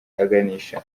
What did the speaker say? aganisha